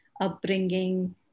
upbringing